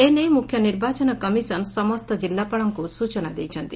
ଏନେଇ ମୁଖ୍ୟ ନିର୍ବାଚନ କମିଶନ୍ ସମସ୍ତ ଜିଲ୍ଲାପାଳଙ୍କୁ ସୂଚନା ଦେଇଛନ୍ତି